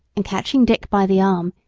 and catching dick by the arm,